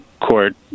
Court